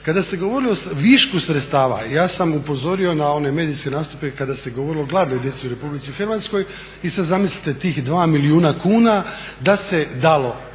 Kada ste govorili o višku sredstava ja sam upozorio na one medijske nastupe kada se govorilo o gladnoj djeci u RH. I sad zamislite tih 2 milijuna kuna da se dalo